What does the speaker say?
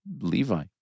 Levi